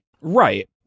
Right